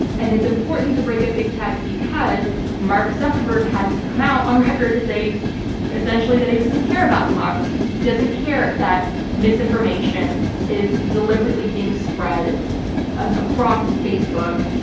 and it's important to break up big tech because mark zuckerberg has come out on record to say essentially that he doesn't care about democracy. he doesn't care that misinformation is deliberately being spread um across facebook,